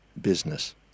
business